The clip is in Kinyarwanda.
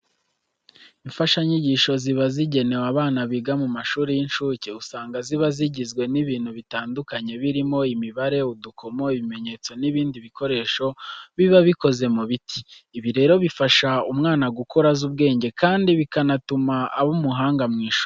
Imfashanyigisho ziba zigenewe abana biga mu mashuri y'incuke usanga ziba zigizwe n'ibintu bitandukanye birimo imibare, udukomo, ibimenyetso n'ibindi bikoresho biba bikoze mu biti. Ibi rero bifasha umwana gukura azi ubwenge kandi bikanatuma aba umuhanga mu ishuri.